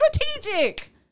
strategic